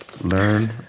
Learn